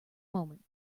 moment